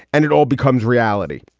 and it all becomes reality.